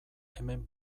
hemen